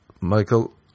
Michael